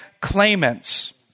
Claimants